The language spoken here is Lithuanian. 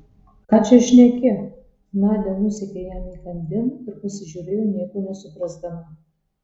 ką čia šneki nadia nusekė jam įkandin ir pasižiūrėjo nieko nesuprasdama